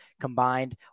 combined